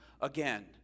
again